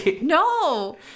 no